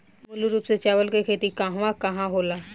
मूल रूप से चावल के खेती कहवा कहा होला?